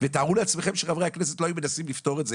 ותארו לעצמכם שחברי הכנסת לא היו מנסים לפתור את זה,